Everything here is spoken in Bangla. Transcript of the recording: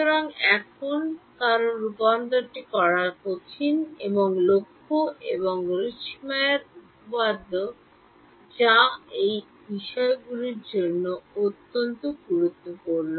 সুতরাং এখন কারণ রূপান্তরটি করা কঠিন এখানে লক্ষ এবং রিচটমিয়ারের উপপাদ্য যা এই বিষয়গুলির মধ্যে অত্যন্ত গুরুত্বপূর্ণ